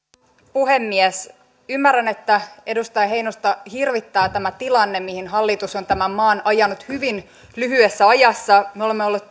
puhemies ymmärrän että edustaja heinosta hirvittää tämä tilanne mihin hallitus on tämän maan ajanut hyvin lyhyessä ajassa me olemme olleet